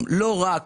לא רק